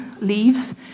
leaves